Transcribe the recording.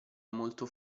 molto